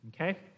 okay